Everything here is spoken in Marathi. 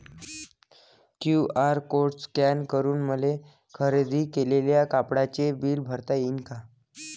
क्यू.आर कोड स्कॅन करून मले खरेदी केलेल्या कापडाचे बिल भरता यीन का?